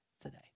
today